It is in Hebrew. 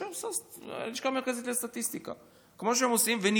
כמו שעושה הלשכה המרכזית לסטטיסטיקה ונבדוק.